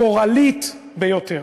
גורלית ביותר,